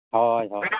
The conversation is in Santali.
ᱦᱚᱭ ᱦᱚᱭ